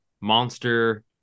monster